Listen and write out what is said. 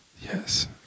Yes